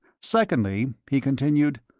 secondly, he continued,